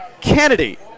Kennedy